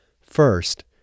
First